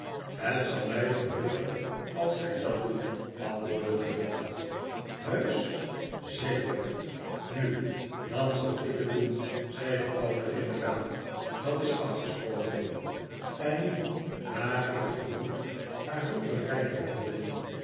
het zal mij verheugen als gij dat doet antwoordde de doctor heusch zeker nu dan zal ik het doen zei de oude generaal dat is afgesproken en nu naar ik vermoed haar doel bereikt hebbend